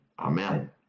Amen